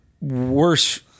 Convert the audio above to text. worse